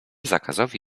zakazowi